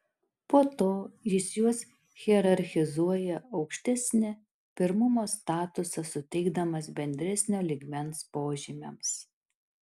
po to jis juos hierarchizuoja aukštesnį pirmumo statusą suteikdamas bendresnio lygmens požymiams